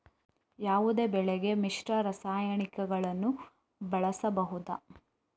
ಯಾವುದೇ ಬೆಳೆಗೆ ಮಿಶ್ರ ರಾಸಾಯನಿಕಗಳನ್ನು ಬಳಸಬಹುದಾ?